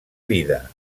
vida